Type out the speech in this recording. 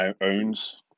owns